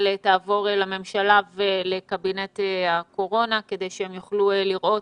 תעבור לממשלה ולקבינט הקורונה כדי שהם יוכלו לראות